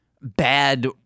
bad